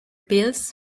pills